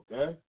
Okay